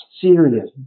serious